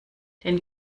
den